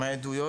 מהעדויות,